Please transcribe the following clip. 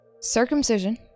circumcision